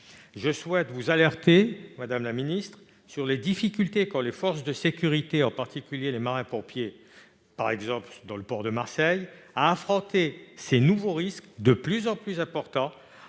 je souhaite vous alerter, madame la ministre, sur les difficultés qu'ont les forces de sécurité, en particulier les marins-pompiers, par exemple dans le port de Marseille, à affronter ces nouveaux risques de plus en plus importants,